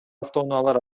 автоунаалар